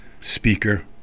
speaker